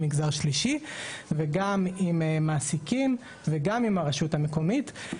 מגזר שלישי וגם עם מעסיקים וגם עם הרשות המקומית.